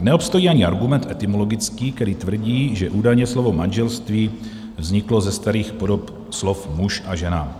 Neobstojí ani argument etymologický, který tvrdí, že údajně slovo manželství vzniklo ze starých podob slov muž a žena.